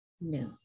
No